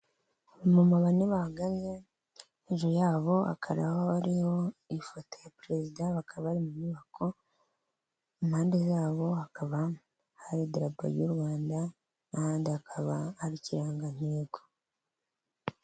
Abamama bane bahagaze, hejuru yabo hakaba bariho ifoto ya perezida, bakaba bari mu nyubako, impande zabo hakaba hari dirabo y'u Rwanda,, n'ahandi hakaba hari ikirangantego.